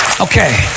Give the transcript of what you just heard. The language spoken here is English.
Okay